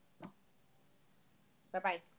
Bye-bye